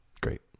great